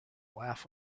laugh